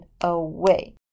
away